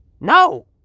No